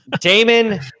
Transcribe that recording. Damon